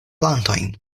plantojn